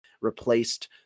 replaced